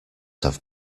have